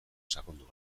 sakondu